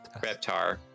Reptar